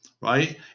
right